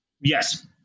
Yes